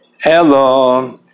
Hello